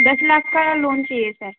दस लाख का लोन चाहिए सर